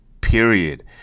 period